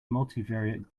multivariate